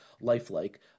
lifelike